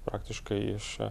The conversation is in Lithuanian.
praktiškai iš